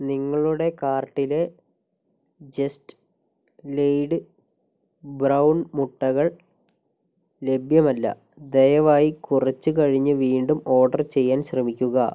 നിങ്ങളുടെ കാർട്ടിലെ just laid brown മുട്ടകൾ ലഭ്യമല്ല ദയവായി കുറച്ചു കഴിഞ്ഞു വീണ്ടും ഓർഡർ ചെയ്യാൻ ശ്രമിക്കുക